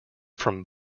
from